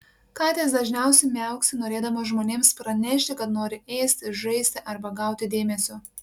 katės dažniausiai miauksi norėdamos žmonėms pranešti kad nori ėsti žaisti arba gauti dėmesio